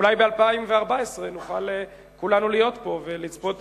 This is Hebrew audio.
ואולי ב-2014 נוכל כולנו להיות פה ולצפות